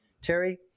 Terry